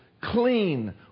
clean